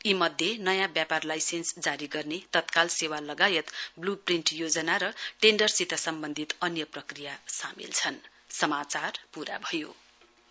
यीमध्ये नयाँ व्यापार लाइसेन्स जारी गर्ने तत्काल सेवा लगायत ब्लू प्रीन्ट योजना र टेण्डरसित सम्बन्धित अन्य प्रक्रिया सामेल चन्